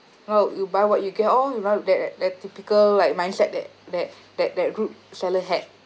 oh you buy what you get lor you know that that typical like mindset that that that that rude seller had